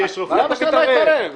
למה שאני לא אתערב?